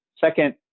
second